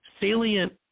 salient